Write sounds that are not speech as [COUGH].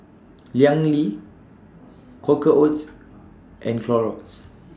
[NOISE] Liang Yi Quaker Oats and Clorox